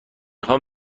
خوام